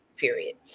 period